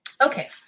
Okay